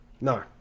No